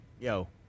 yo